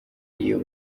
iyo